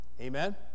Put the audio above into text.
Amen